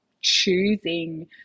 choosing